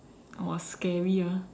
!wah! scary ah